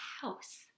house